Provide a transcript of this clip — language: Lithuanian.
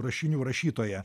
rašinių rašytoja